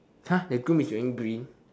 !huh! the groom is wearing green